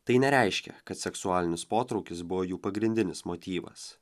tai nereiškia kad seksualinis potraukis buvo jų pagrindinis motyvas